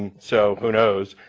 so who knows?